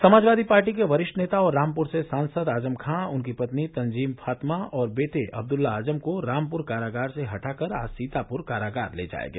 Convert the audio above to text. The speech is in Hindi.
समाजवादी पार्टी के वरिष्ठ नेता और रामपुर से सांसद आजम खान उनकी पत्नी तंजीन फातमा और बेटे अब्दल्ला आजम को रामपुर कारागार से हटाकर आज सीतापुर कारागार ले जाया गया